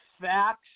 facts